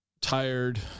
tired